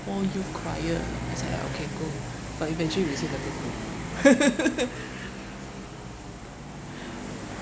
youth choir or not I say I okay go but eventually receive letter no